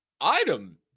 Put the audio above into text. item